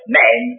man